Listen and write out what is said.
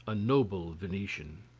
a noble venetian.